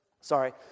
sorry